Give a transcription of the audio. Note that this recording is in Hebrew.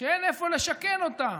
שאין איפה לשכן אותם,